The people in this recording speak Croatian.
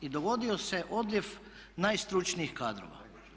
I dogodio se odljev najstručnijih kadrova.